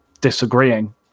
disagreeing